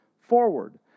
forward